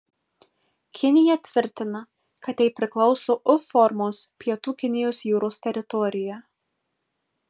kinija tvirtina kad jai priklauso u formos pietų kinijos jūros teritorija